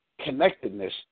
connectedness